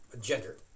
gender